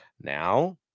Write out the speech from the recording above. now